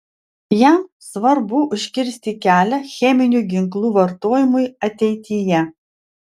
jam svarbu užkirsti kelią cheminių ginklų vartojimui ateityje